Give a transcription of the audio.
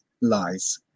lies